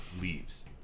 leaves